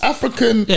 African